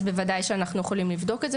אז בוודאי שאנחנו יכולים לבדוק את זה.